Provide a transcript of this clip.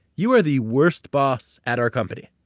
you are the worst boss at our company.